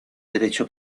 derecho